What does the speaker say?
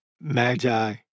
magi